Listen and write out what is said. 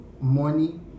money